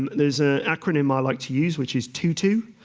there's an acronym i like to use which is tutu,